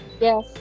Yes